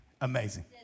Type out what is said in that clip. Amazing